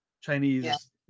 Chinese